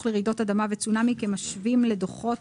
לרעידות אדמה וצונמי כמשווים לדוחות